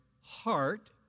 heart